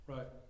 Right